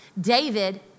David